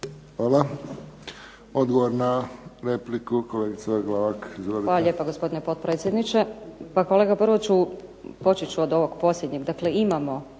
Glavak. Izvolite. **Glavak, Sunčana (HDZ)** Hvala lijepa gospodine potpredsjedniče. Pa kolega prvo ću, počet ću od ovog posljednjeg. Dakle, imamo